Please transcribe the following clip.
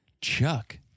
Chuck